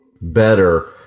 better